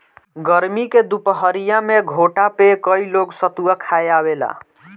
गरमी के दुपहरिया में घोठा पे कई लोग सतुआ खाए आवेला